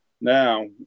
Now